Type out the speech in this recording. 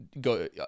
go